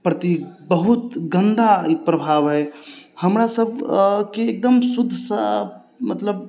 प्रति बहुत गन्दा ई प्रभाव अछि हमरा सबकेँ एगदम शुद्ध साफ मतलब